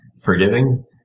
forgiving